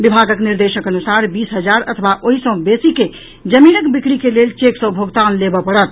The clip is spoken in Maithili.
विभागक निर्देशक अनुसार बीस हजार अथवा ओहि सॅ बेसी के जमीनक बिक्री के लेल चेक सॅ भोगतान लेबऽ पड़त